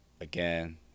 again